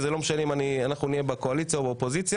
וזה לא משנה אם אנחנו נהיה בקואליציה או באופוזיציה.